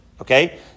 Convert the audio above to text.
Okay